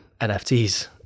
NFTs